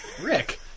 Rick